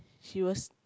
she was